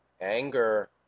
anger